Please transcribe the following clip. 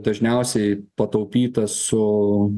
dažniausiai pataupyta su